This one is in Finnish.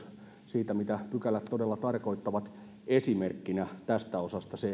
siitä mitä pykälät todella tarkoittavat esimerkkinä tästä osasta se